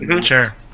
Sure